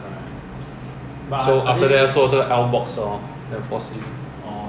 that's the that's the right method